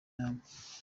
nama